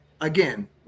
Again